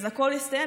אז הכול הסתיים.